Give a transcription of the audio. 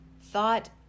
thought